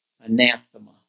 Anathema